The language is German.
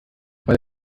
weil